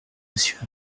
monsieur